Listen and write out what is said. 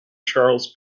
charles